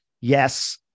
yes